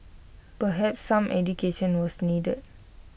perhaps some education was needed